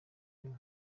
rimwe